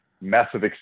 massive